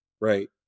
right